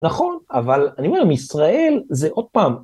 נכון, אבל אני אומר, מישראל זה עוד פעם.